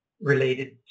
related